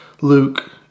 luke